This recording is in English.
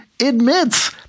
admits